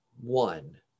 one